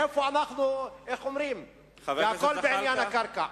מאיפה אנחנו, איך אומרים, הכול בעניין הקרקע.